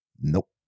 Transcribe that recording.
Nope